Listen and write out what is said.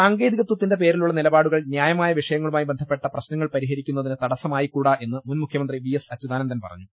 ലലലലല സാങ്കേതികത്പത്തിന്റെ പേരിലുളള നിലപാടുകൾ ന്യായ മായ വിഷയങ്ങളുമായി ബന്ധപ്പെട്ട പ്രശ്നങ്ങൾ പരിഹരി ക്കുന്നതിന് തടസ്സമായിക്കൂടാ എന്ന് മുൻമുഖ്യമന്ത്രി വി എസ് അച്യുതാനന്ദൻ പറഞ്ഞു